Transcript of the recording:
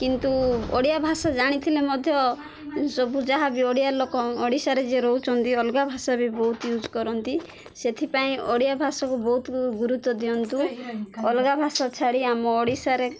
କିନ୍ତୁ ଓଡ଼ିଆ ଭାଷା ଜାଣିଥିଲେ ମଧ୍ୟ ସବୁ ଯାହା ବିି ଓଡ଼ିଆ ଲୋକ ଓଡ଼ିଶାରେ ଯିଏ ରହୁଛନ୍ତି ଅଲଗା ଭାଷା ବି ବହୁତ ୟୁଜ୍ କରନ୍ତି ସେଥିପାଇଁ ଓଡ଼ିଆ ଭାଷାକୁ ବହୁତ ଗୁରୁତ୍ୱ ଦିଅନ୍ତୁ ଅଲଗା ଭାଷା ଛାଡ଼ି ଆମ ଓଡ଼ିଶାରେ